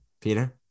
Peter